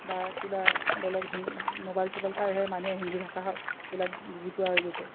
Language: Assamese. বা কিবা বেলেগ হি মোবাইল চোবাইল চাইহে মানুহে হিন্দী ভাষাবিলাক বুজি পোৱা হৈ গৈছে